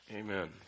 Amen